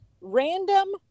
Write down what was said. random